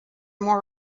more